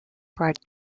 brought